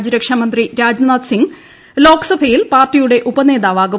രാജ്യരക്ഷാ മന്ത്രി രാജ്നാഥ് സിംഗ് ലോക്സഭയിൽ പാർട്ടിയുടെ ഉപനേതാവാകും